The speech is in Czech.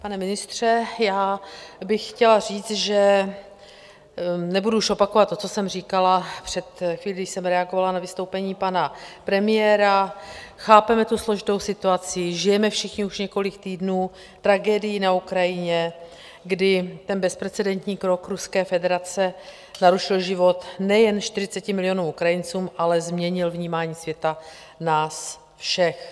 Pane ministře, já bych chtěla říct, že nebudu už opakovat to, co jsem říkala před chvílí, když jsem reagovala na vystoupení pana premiéra chápeme tu složitou situaci, žijeme všichni už několik týdnů tragédií na Ukrajině, kdy ten bezprecedentní krok Ruské federace narušil život nejen 40 milionům Ukrajinců, ale změnil vnímání světa nás všech.